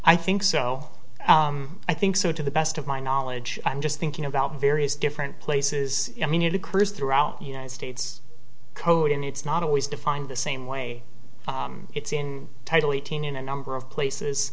i think so i think so to the best of my knowledge i'm just thinking about various different places i mean it occurs throughout the united states code and it's not always defined the same way it's in title eighteen in a number of places